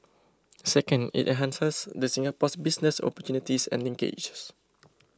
second it enhances the Singapore's business opportunities and linkages